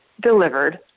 delivered